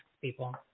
people